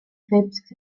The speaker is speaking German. krebs